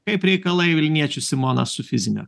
kaip reikalai vilniečių simona su fizine